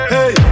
Hey